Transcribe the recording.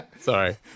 Sorry